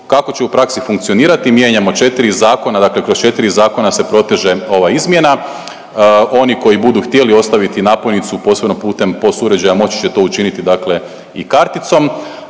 Kako će u praksi funkcionirati. Mijenjamo 4 zakona, dakle kroz 4 zakona se proteže ova izmjena. Oni koji budu htjeli ostaviti napojnicu posebno putem POS uređaja moći će to učiniti dakle i karticom,